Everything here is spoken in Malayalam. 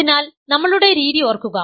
അതിനാൽ നമ്മളുടെ രീതി ഓർക്കുക